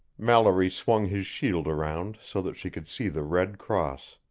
mallory swung his shield around so that she could see the red cross.